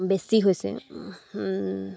বেছি হৈছে